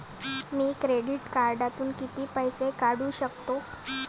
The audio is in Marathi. मी क्रेडिट कार्डातून किती पैसे काढू शकतो?